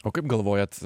o kaip galvojat